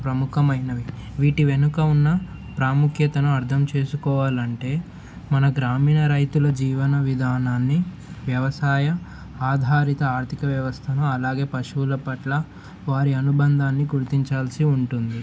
ప్రముఖమైనవి వీటి వెనుక ఉన్న ప్రాముఖ్యతను అర్థం చేసుకోవాలంటే మన గ్రామీణ రైతుల జీవన విధానాన్ని వ్యవసాయ ఆధారిత ఆర్థిక వ్యవస్థను అలాగే పశువుల పట్ల వారి అనుబంధాన్ని గుర్తించాల్సి ఉంటుంది